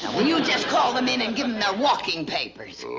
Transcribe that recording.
well, you just call them in and give them their walking papers.